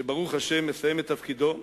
שברוך השם מסיים את תפקידו,